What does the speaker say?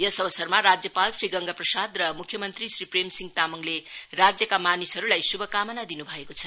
यस अवसरमा राज्यपाल श्री गंगा प्रसाद र मुख्यमन्त्री श्री प्रेम सिंह तामाङले राज्यका मानिसहरूलाई श्भकामना दिनु भएको छ